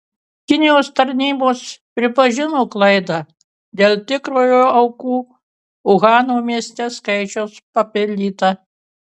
kinijos tarnybos pripažino klaidą dėl tikrojo aukų uhano mieste skaičiaus papildyta